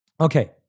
Okay